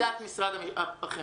מה עמדת משרד החינוך?